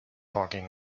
talking